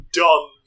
done